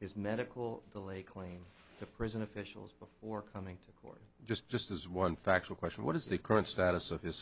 his medical to lay claim to prison officials before coming to court just just as one factual question what is the current status of his